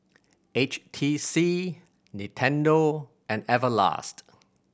H T C Nintendo and Everlast